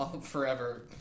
forever